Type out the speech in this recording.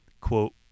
quote